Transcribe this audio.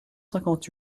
cinquante